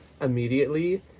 immediately